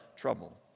trouble